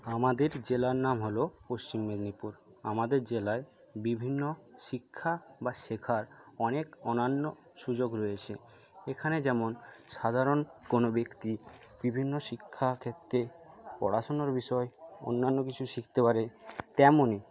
আমাদের জেলার নাম হল পশ্চিম মেদিনীপুর আমাদের জেলায় বিভিন্ন শিক্ষা বা শেখার অনেক অন্যান্য সুযোগ রয়েছে এখানে যেমন সাধারণ কোন ব্যক্তি বিভিন্ন শিক্ষাক্ষেত্রে পড়াশোনার বিষয়ে অন্যান্য কিছু শিখতে পারে তেমনই